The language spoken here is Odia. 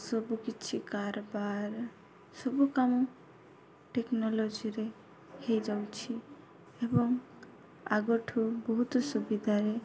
ସବୁ କିିଛି କାରବାର ସବୁ କାମ ଟେକ୍ନୋଲୋଜିରେ ହେଇଯାଉଛି ଏବଂ ଆଗଠୁ ବହୁତ ସୁବିଧାରେ